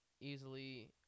easily